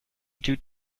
due